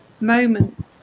moment